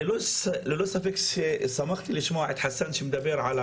ללא ספק שמחתי לשמוע את חסאן מדבר על